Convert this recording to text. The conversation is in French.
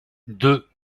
deux